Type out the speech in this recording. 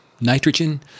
nitrogen